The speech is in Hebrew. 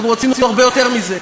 אנחנו רצינו הרבה יותר מזה.